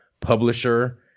Publisher